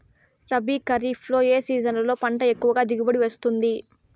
రబీ, ఖరీఫ్ ఏ సీజన్లలో పంట ఎక్కువగా దిగుబడి వస్తుంది